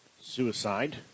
suicide